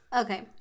Okay